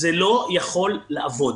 זה לא יכול לעבוד.